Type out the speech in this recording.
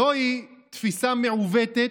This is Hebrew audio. זוהי תפיסה מעוותת,